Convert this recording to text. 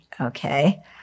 Okay